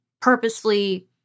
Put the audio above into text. purposefully